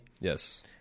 Yes